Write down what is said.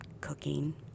cooking